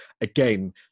Again